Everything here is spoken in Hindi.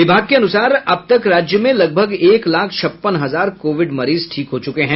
विभाग के अनुसार अब तक राज्य में लगभग एक लाख छप्पन हजार कोविड मरीज ठीक हो चुके हैं